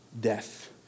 death